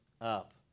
up